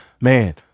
man